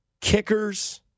kickers